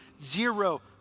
Zero